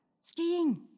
Skiing